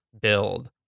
build